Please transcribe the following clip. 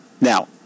Now